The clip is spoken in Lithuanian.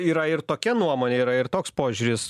yra ir tokia nuomonė yra ir toks požiūris